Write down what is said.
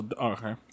Okay